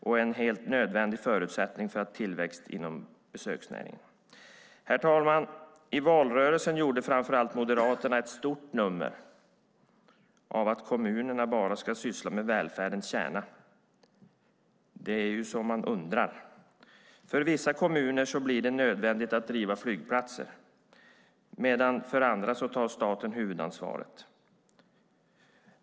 Det är en helt nödvändig förutsättning för tillväxt inom besöksnäringen. Fru talman! I valrörelsen gjorde framför allt Moderaterna ett stort nummer av att kommunerna bara ska syssla med välfärdens kärna. Man kan inte låta bli att undra. För vissa kommuner blir det nödvändigt att driva flygplatser medan staten tar huvudansvaret i andra.